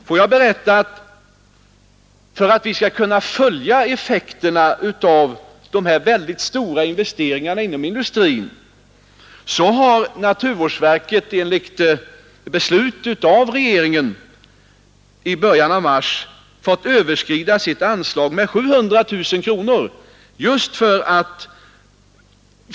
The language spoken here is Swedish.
Får jag berätta, att för att naturvårdsverket skall kunna följa effekterna av de här väldigt stora investeringarna inom industrin har det, enligt beslut av regeringen i början av mars, fått överskrida sitt anslag med 700 000 kronor.